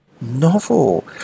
Novel